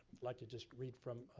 like to just read from